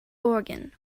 organ